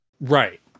right